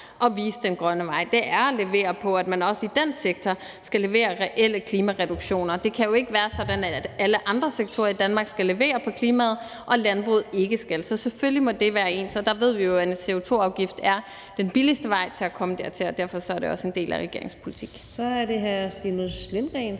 at vise den grønne vej, det er at levere på, at man også i den sektor skal levere reelle klimareduktioner. Det kan jo ikke være sådan, at alle andre sektorer i Danmark skal levere på klimaet, mens landbruget ikke skal. Så selvfølgelig må det være ens, og der ved vi jo, at en CO2-afgift er den billigste vej til at komme dertil, og derfor er det også en del af regeringens politik.